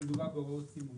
כשמדובר בהוראות סימון.